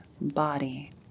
body